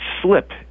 slip